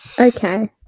Okay